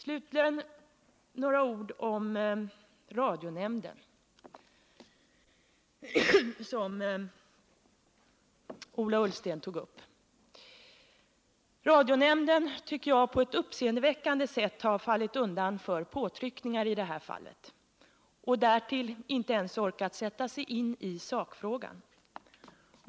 Slutligen några ord om radionämnden, som Ola Ullsten tog upp. Jag tycker att radionämnden på ett uppseendeväckande sätt har fallit undan för påtryckningar i det här fallet — och därtill har den inte ens orkat sätta sig in i sakfrågan.